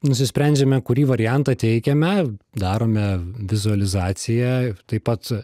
nusprendžiame kurį variantą teikiame darome vizualizaciją taip pat